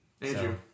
Andrew